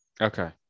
Okay